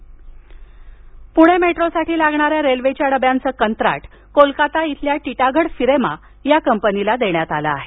Pune metro Pune मेट्रोसाठी लागणाऱ्या रेल्वेच्या डब्यांचं कंत्राट कोलकाता इथल्या टिटागढ फिरेमा या कंपनीला देण्यात आलं आहे